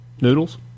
noodles